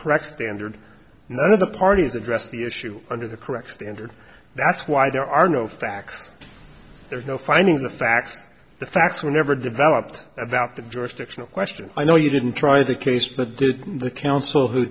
correct standard none of the parties addressed the issue under the correct standard that's why there are no facts there's no findings the facts the facts were never developed about the jurisdictional question i know you didn't try the case but the counsel who